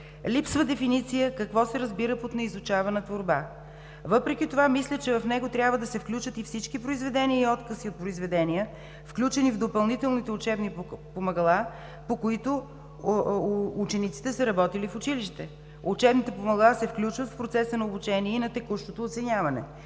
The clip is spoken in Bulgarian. Липсва дефиницията какво се разбира под „неизучавана творба“. Въпреки това мисля, че в него трябва да се включат и всички произведения и откъси от произведения, включени в допълнителните учебни помагала, по които учениците са работили в училище. Учебните помагала се включват в процеса на обучение на текущото оценяване.